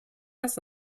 lasst